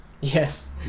Yes